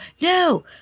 no